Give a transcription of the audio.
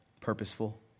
Purposeful